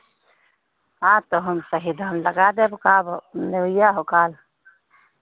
हाँ तो हम सही दाम लगा देब का भाव लेवइया हो कल